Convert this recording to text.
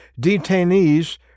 detainees